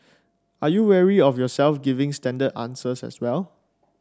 are you wary of yourself giving standard answers as well